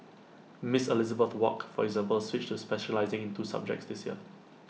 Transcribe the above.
miss Elizabeth wok for example switched to specialising in two subjects this year